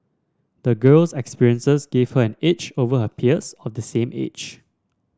the girl's experiences gave her an edge over her peers of the same age